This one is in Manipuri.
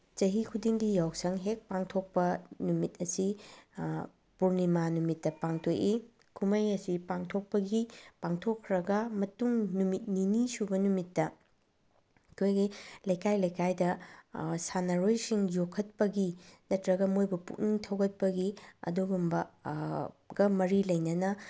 ꯆꯍꯤ ꯈꯨꯗꯤꯡꯒꯤ ꯌꯥꯎꯁꯪ ꯍꯦꯛ ꯄꯥꯡꯊꯣꯛꯄ ꯅꯨꯃꯤꯠ ꯑꯁꯤ ꯄꯨꯔꯅꯤꯃꯥ ꯅꯨꯃꯤꯠꯇ ꯄꯥꯡꯊꯣꯛꯏ ꯀꯨꯝꯍꯩ ꯑꯁꯤ ꯄꯥꯡꯊꯣꯛꯄꯒꯤ ꯄꯥꯡꯊꯣꯛꯈ꯭ꯔꯒ ꯃꯇꯨꯡ ꯅꯨꯃꯤꯠ ꯅꯤꯅꯤ ꯁꯨꯕ ꯅꯨꯃꯤꯠꯇ ꯑꯩꯈꯣꯏꯒꯤ ꯂꯩꯀꯥꯏ ꯂꯩꯀꯥꯏꯗ ꯁꯥꯟꯅꯔꯣꯏꯁꯤꯡ ꯌꯣꯛꯈꯠꯄꯒꯤ ꯅꯠꯇ꯭ꯔꯒ ꯃꯣꯏꯕꯨ ꯄꯨꯛꯅꯤꯡ ꯊꯧꯒꯠꯄꯒꯤ ꯑꯗꯨꯒꯨꯝꯕ ꯒ ꯃꯔꯤ ꯂꯩꯅꯅ